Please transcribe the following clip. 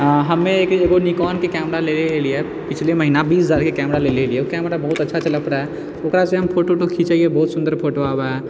हमे एगो निकोनके कैमरा लेलिए पिछला महिना पिछले महिना बीस हजारके कैमरा लेलिए ओ कैमरा बहुत अच्छा चलैत रहै ओकरासँ हम फोटो वोटो खिचलिए बहुत सुन्दर फोटो आबए